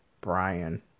Brian